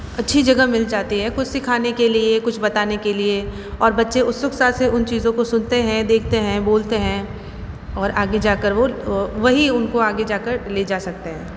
अच्छी जगह मिल जाती है कुछ सीखाने के लिए कुछ बताने के लिए और बच्चे उत्सुकता से उन चीज़ों को सुनते हैं देखते हैं बोलते हैं और आगे जाकर वो वही उनको आगे जाकर ले जा सकता है